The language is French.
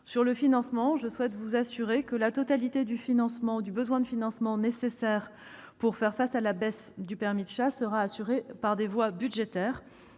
Sur le premier point, je souhaite vous assurer que la totalité du besoin de financement nécessaire pour faire face à la baisse du permis de chasse sera assurée par des voies budgétaires,